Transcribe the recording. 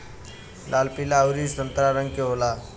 लाल पीला अउरी संतरा रंग के होला